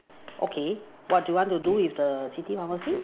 okay what do you want to do with the city pharmacy